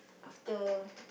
after